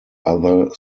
other